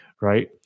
right